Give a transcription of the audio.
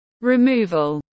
Removal